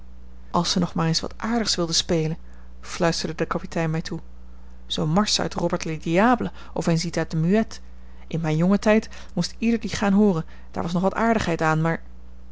als ze nog maar eens wat aardigs wilde spelen fluisterde de kapitein mij toe zoo'n marsch uit robert le diable of eens iets uit de muette in mijn jongen tijd moest ieder die gaan hooren daar was nog wat aardigheid aan maar